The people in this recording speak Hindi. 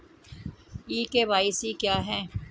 ई के.वाई.सी क्या है?